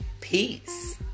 Peace